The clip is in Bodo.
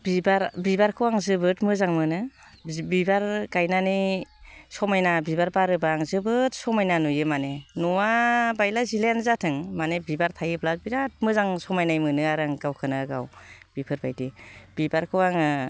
बिबार बिबारखौ आं जोबोद मोजां मोनो बिबार गायनानै समायना बिबार बारोबा आं जोबोद समायना नुयो माने न'आ बायला जिलायानो जाथों माने बिबार थायोब्ला बिराद मोजां समायनाय नुयो आरो आं गावखौनो गाव बेफोरबायदि बिबारखौ आङो